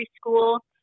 school